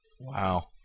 Wow